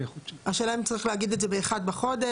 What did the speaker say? השאלה אם צריך להגיד את זה ב-1 בחודש?